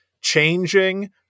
changing